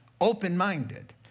open-minded